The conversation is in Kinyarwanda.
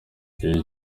iyi